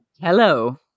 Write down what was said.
Hello